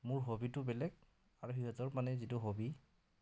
মোৰ হবিটো বেলেগ আৰু সিহঁতৰ মানে যিটো হবি